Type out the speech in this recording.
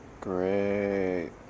Great